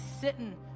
sitting